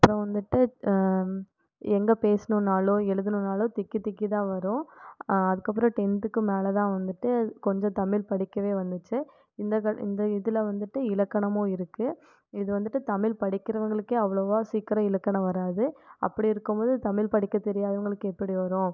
அப்புறம் வந்துட்டு எங்கே பேசணும்னாலோ எழுதணுன்னலோ திக்கிக்திக்கி தான் வரும் அதுக்கப்புறம் டென்த்துக்கு மேலே தான் வந்துட்டு கொஞ்சம் தமிழ் படிக்கவே வந்துச்சு இந்த இந்த இதில் வந்துட்டு இலக்கணமும் இருக்குது இது வந்துட்டு தமிழ் படிக்கிறவர்களுக்கே அவ்வளோவா சீக்கிரம் இலக்கணம் வராது அப்படி இருக்கும்போது தமிழ் படிக்க தெரியாதவர்களுக்கு எப்படி வரும்